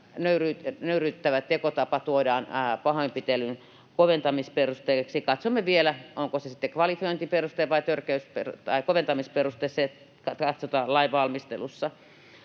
nöyryyttävä tekotapa tuodaan pahoinpitelyn koventamisperusteeksi. Katsomme vielä, onko se sitten kvalifiointiperuste vai koventamisperuste. Se katsotaan lainvalmistelussa.